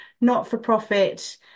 not-for-profit